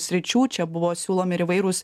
sričių čia buvo siūlomi ir įvairūs